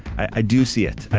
i do see it.